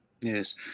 Yes